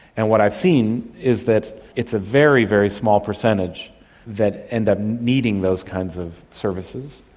and what i've seen is that it's a very, very small percentage that end up needing those kinds of services.